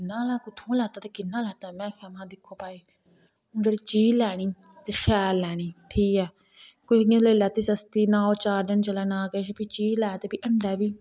लैना कुत्थूं लैता ते कियां लैता में आखेआ दिक्खो भाई जिसलै चीज लैनी ते शैल लैनी ठीक ऐ कोई इयां लेई लैती सस्ती ना ओह् चार दिन चलै ना किश चीज लैना ते फिर हंडै बी